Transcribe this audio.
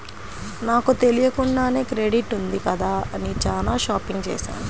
నాకు తెలియకుండానే క్రెడిట్ ఉంది కదా అని చానా షాపింగ్ చేశాను